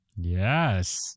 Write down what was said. Yes